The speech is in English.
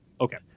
Okay